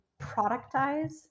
productize